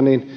niin